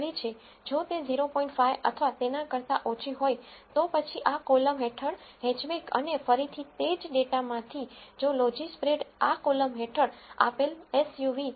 5 અથવા તેના કરતા ઓછી હોય તો પછી આ કોલમ હેઠળ હેચબેક અને ફરીથી તે જ ડેટામાંથી જો લોજીસ્પ્રેડ આ કોલમ હેઠળ આપેલ એસયુવી 0